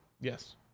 Yes